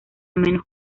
menos